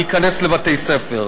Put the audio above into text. להיכנס לבתי-ספר.